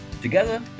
Together